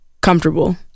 comfortable